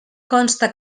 consta